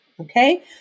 okay